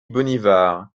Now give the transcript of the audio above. bonnivard